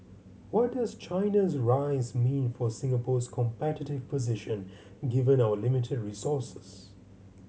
what does China's rise mean for Singapore's competitive position given our limited resources